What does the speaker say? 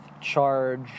charge